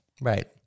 Right